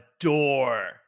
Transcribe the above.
adore